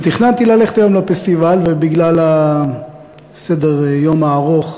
תכננתי ללכת היום לפסטיבל, ובגלל סדר-היום הארוך,